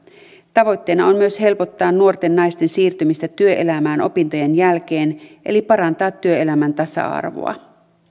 tavoitteena on myös helpottaa nuorten naisten siirtymistä työelämään opintojen jälkeen eli parantaa työelämän tasa arvoa